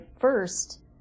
first